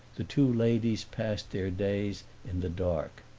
the two ladies passed their days in the dark.